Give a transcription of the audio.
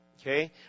Okay